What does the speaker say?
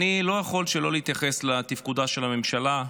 אני לא יכול שלא להתייחס לתפקודה של הממשלה,